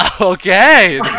Okay